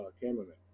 cameraman